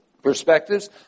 perspectives